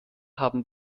haben